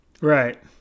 Right